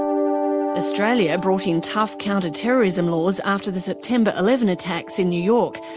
australia brought in tough counter-terrorism laws after the september eleven attacks in new york,